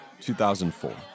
2004